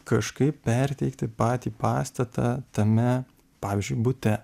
kažkaip perteikti patį pastatą tame pavyzdžiui bute